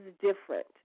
different